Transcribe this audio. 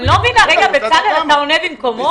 אני לא מבינה, בצלאל, אתה עונה במקומו?